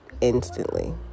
instantly